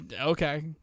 Okay